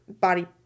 body